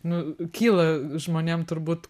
nu kyla žmonėm turbūt